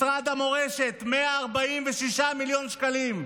משרד המורשת, 146 מיליון שקלים,